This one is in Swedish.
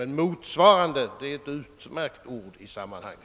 Men ordet »motsvarande» är ett utmärkt begrepp i sammanhanget.